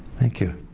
thank you.